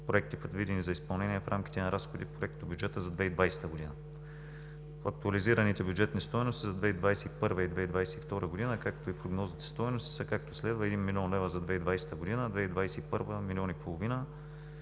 проекти, предвидени за изпълнение в рамките на „Разходи“ в проектобюджета за 2020 г. Актуализираните бюджетни стойности за 2020 г. и 2021 г., както и прогнозните стойности, са както следва: 1 млн. лв. за 2020 г., 2021 г. – милион и половина,